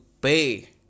pay